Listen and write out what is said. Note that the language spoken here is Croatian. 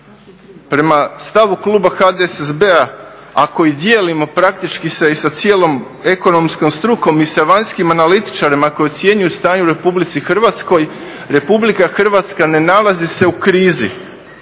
Prema stavu kluba HDSSB-a ako i dijelimo praktički se i sa cijelom ekonomskom strukom i sa vanjskim analitičarima koji ocjenjuju stanje u RH, RH ne nalazi se u krizi,